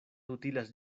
utilas